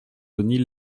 denis